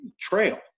trail